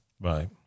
Right